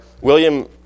William